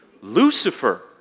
lucifer